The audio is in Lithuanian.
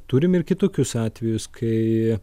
turim ir kitokius atvejus kai